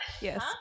Yes